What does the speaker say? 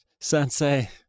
Sensei